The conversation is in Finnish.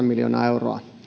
miljoonaa euroa